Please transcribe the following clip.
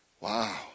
Wow